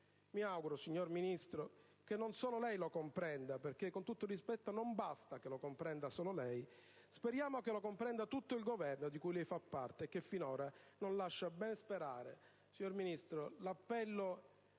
Mi auguro, signor Ministro, che non solo lei lo comprenda (perché, con tutto il rispetto, non basta che lo comprenda solo lei): speriamo che lo comprenda tutto il Governo di cui lei fa parte, e che finora non lascia bene sperare.